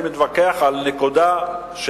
אני מתווכח על נקודה,